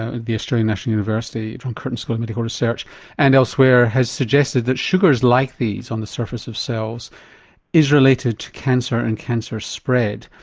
ah the australian national university, john curtin medical research and elsewhere has suggested that sugars like these on the surface of cells is related to cancer and cancer spread.